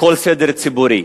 כל סדר ציבורי.